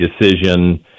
decision